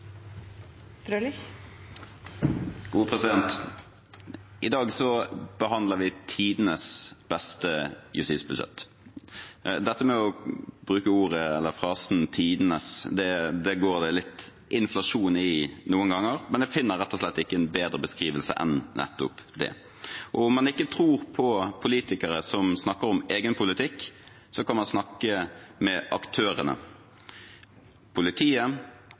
I dag behandler vi tidenes beste justisbudsjett. Det å bruke ordet «tidenes» går det litt inflasjon i noen ganger, men jeg finner rett og slett ikke en bedre beskrivelse enn nettopp det. Om man ikke tror på politikere som snakker om egen politikk, kan man snakke med aktørene: politiet,